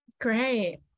Great